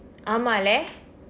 ஆமாம்:aamaam leh